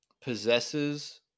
possesses